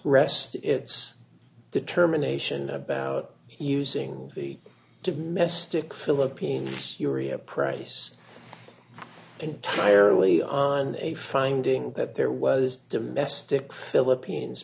rest its determination about using the domestic philippine furia price entirely on a finding that there was domestic philippines